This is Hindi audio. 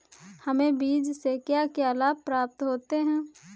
हमें बीमा से क्या क्या लाभ प्राप्त होते हैं?